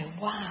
wow